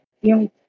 Yung